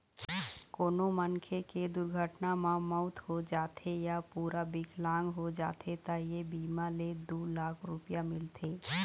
कोनो मनखे के दुरघटना म मउत हो जाथे य पूरा बिकलांग हो जाथे त ए बीमा ले दू लाख रूपिया मिलथे